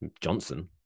Johnson